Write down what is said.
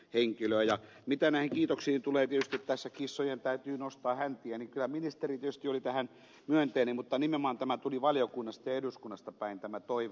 ja mitä näihin kiitoksiin tulee tietysti tässä kissojen täytyy nostaa häntiä niin kyllä ministeri tietysti suhtautui tähän myönteisesti mutta nimenomaan tämä tuli valiokunnasta ja eduskunnasta päin tämä toive